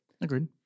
Agreed